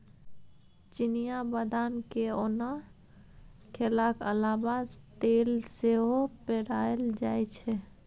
चिनियाँ बदाम केँ ओना खेलाक अलाबा तेल सेहो पेराएल जाइ छै